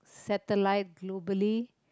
satellite globally